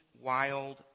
wild